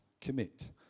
commit